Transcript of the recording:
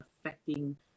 affecting